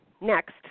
next